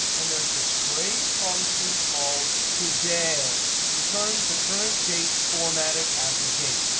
and there's this great function called today returns the current date formatted as a date.